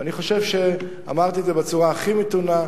אני חושב שאמרתי את זה בצורה הכי מתונה,